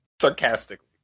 sarcastically